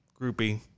Groupie